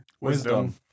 Wisdom